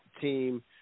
team